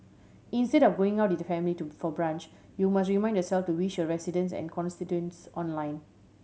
instead of going out with your family to for brunch you must remind yourself to wish your residents and constituents online